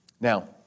Now